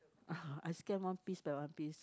I scan one piece by one piece